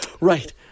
Right